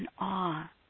awe